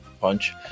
punch